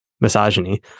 misogyny